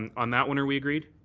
and on that one are we agreed?